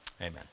Amen